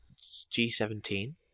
G17